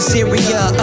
Syria